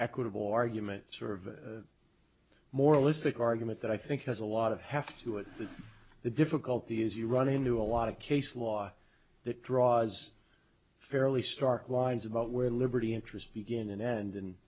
equitable argument sort of a moralistic argument that i think has a lot of have to it that the difficulty is you run into a lot of case law that draws fairly stark lines about where liberty interest begin and end and